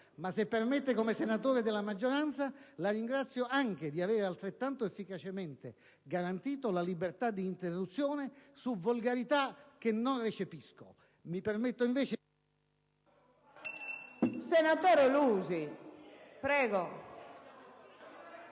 ma se permette, come senatore della maggioranza, la ringrazio anche di avere altrettanto efficacemente garantito la libertà di interruzione su volgarità che non recepisco. LUSI *(PD)*. Le volgarità sono